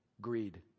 Greed